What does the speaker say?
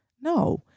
No